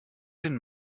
den